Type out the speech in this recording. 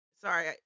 Sorry